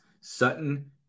Sutton